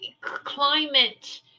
climate